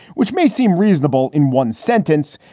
which may seem reasonable in one sentence.